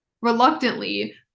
reluctantly